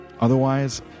Otherwise